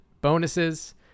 bonuses